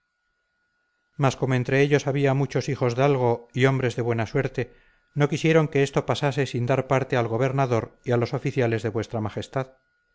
mas como entre ellos había muchos hijosdalgo y hombres de buena suerte no quisieron que esto pasase sin dar parte al gobernador y a los oficiales de vuestra majestad